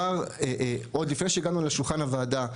עוד לפני שהגענו לשולחן הוועדה,